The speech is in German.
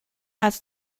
als